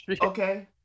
okay